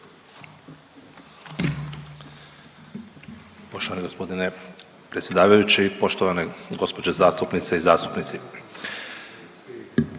Poštovani g. predsjedavajući, poštovani gđe zastupnice i zastupnici.